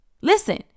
Listen